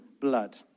blood